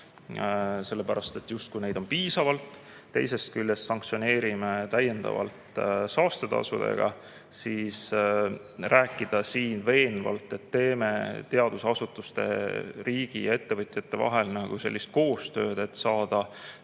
sellepärast et neid on justkui piisavalt, ja teisest küljest sanktsioneerime täiendavalt saastetasudega ning räägime siin veenvalt, et teeme teadusasutuste, riigi ja ettevõtjate vahel koostööd, et saada